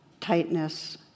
tightness